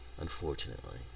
unfortunately